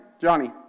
Johnny